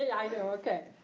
i know, okay.